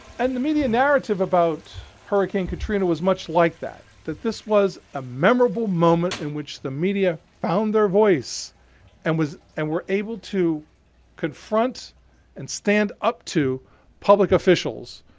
and the media narrative about hurricane katrina was much like that, that this was a memorable moment in which the media found their voice and and were able to confront and stand up to public officials,